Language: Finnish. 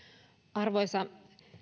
arvoisa